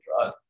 drug